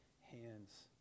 hands